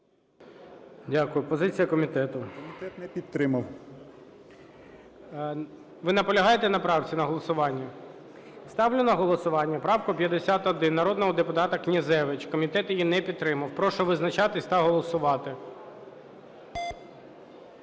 Дякую. Позиція комітету. 13:42:42 БОЖИК В.І. Комітет не підтримав. ГОЛОВУЮЧИЙ. Ви наполягаєте на правці, на голосуванні? Ставлю на голосування правку 51 народного депутата Князевича. Комітет її не підтримав. Прошу визначатись та голосувати.